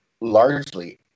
largely